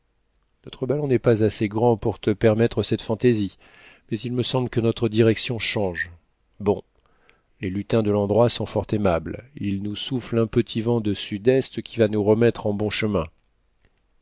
notre ballon n'est pas assez grand pour te permettre cette fantaisie mais il me semble que notre direction change bon les lutins de l'endroit sont fort aimables ils nous soufflent un petit vent de sud-est qui va nous remettre en bon chemin